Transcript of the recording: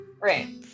right